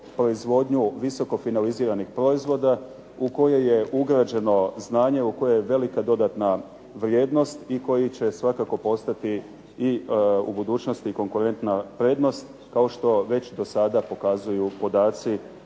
proizvodnju visoko finaliziranih proizvoda u koje je ugrađeno znanje u koje je velika dodatna vrijednost koji će svakako postati u budućnosti konkurentna prednost kao što već do sada pokazuje podaci